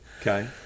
Okay